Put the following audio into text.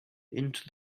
into